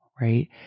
right